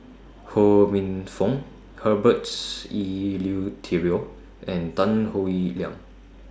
Ho Minfong Herberts Eleuterio and Tan Howe Liang